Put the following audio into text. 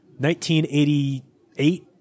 1988